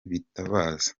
bitabaza